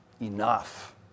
enough